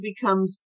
becomes